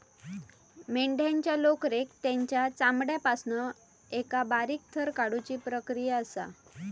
मेंढ्यांच्या लोकरेक तेंच्या चामड्यापासना एका बारीक थर काढुची प्रक्रिया असा